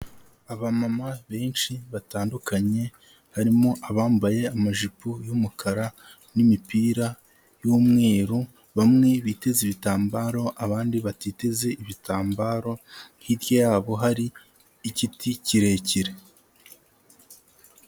Abamama benshi batandukanye barimo abambaye amajipo y'umukara n'imipira y'umweru, bamwe biteze ibitambaro abandi batiteze ibitambaro, hirya yabo hari igiti kirekire.